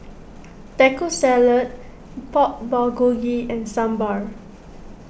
Taco Salad Pork Bulgogi and Sambar